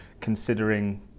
considering